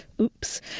oops